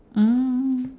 mm